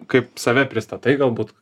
kaip save pristatai galbūt